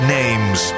names